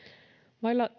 vaille